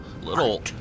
little